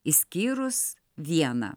išskyrus vieną